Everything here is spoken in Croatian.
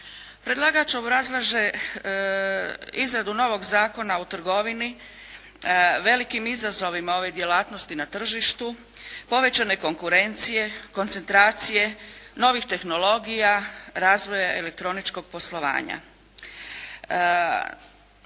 Predlagač obrazlaže izradu novog Zakona o trgovini velikim izazovima ove djelatnosti na tržištu, povećane konkurencije, koncentracije novih tehnologija, razvoja elektroničkog poslovanja.